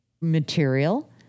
material